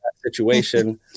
situation